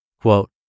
Quote